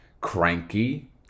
cranky